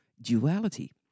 duality